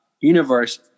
universe